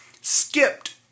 skipped